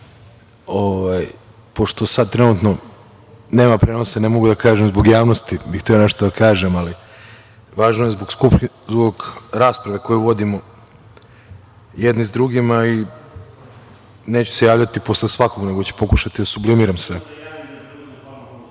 pošto sad trenutno nema prenosa, ne mogu da kažem da bih zbog javnosti hteo nešto da kažem, ali važno je zbog rasprave koju vodimo jedni sa drugima. Neću se javljati posle svakog, nego ću pokušati da sublimiram